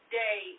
day